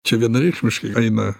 čia vienareikšmiškai eina